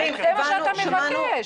זה מה שאתם מבקש.